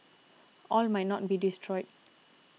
all might not be destroyed